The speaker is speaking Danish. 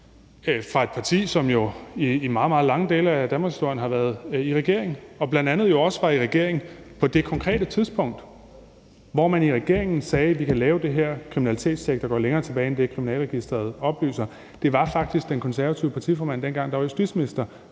for et parti, som jo i meget, meget lange dele af danmarkshistorien har været i regering, og som jo bl.a. også var i regering på det konkrete tidspunkt, hvor man i regeringen sagde, at man kunne lave det her kriminalitetstjek, der går længere tilbage end det, Kriminalregisteret oplyser. Det var faktisk den konservative partiformand dengang, der var justitsminister,